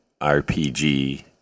RPG